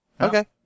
Okay